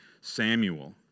Samuel